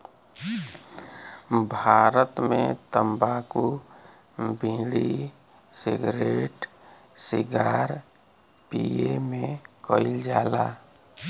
भारत मे तम्बाकू bidi, cigarette cigar पिए मे कइल जाला